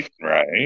Right